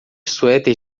suéter